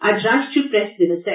अज्ज राश्ट्रीय प्रैस दिवस ऐ